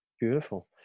Beautiful